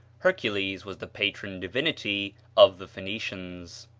hercules was the patron divinity of the phoenicians.